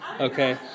okay